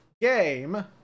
game